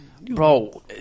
bro